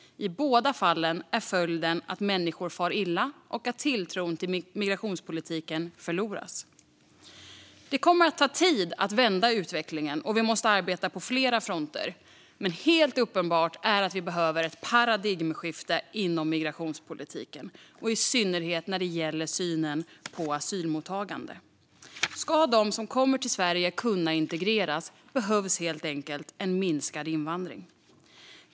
I båda fallen är följden att människor far illa och att tilltron till migrationspolitiken förloras. Det kommer att ta tid att vända utvecklingen, och vi måste arbeta på flera fronter. Men helt uppenbart är att vi behöver ett paradigmskifte inom migrationspolitiken och i synnerhet när det gäller synen på asylmottagande. Ska de som kommer till Sverige kunna integreras behövs helt enkelt en minskad invandring.